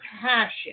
passion